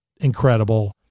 incredible